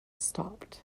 stopped